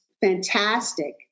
fantastic